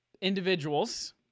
individuals